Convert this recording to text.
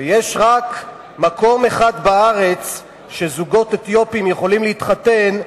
ויש רק מקום אחד בארץ שזוגות אתיופים יכולים להתחתן,